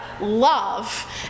love